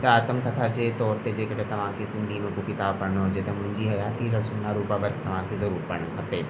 त आतमकथा जे तौर ते जे कॾहिं तव्हांखे सिंधी में को किताब पढ़णो हुजे त मुंहिंजी हयातीअ जा सोना रोपा वर्क तव्हांखे ज़रूरु पढ़णु खपे